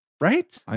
Right